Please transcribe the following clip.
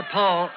Paul